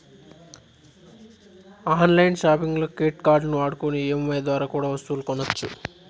on line సాపింగుల్లో credit కార్డుల్ని వాడుకొని ఈ.ఎం.ఐ దోరా కూడా ఒస్తువులు కొనొచ్చు